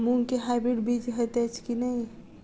मूँग केँ हाइब्रिड बीज हएत अछि की नै?